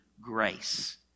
grace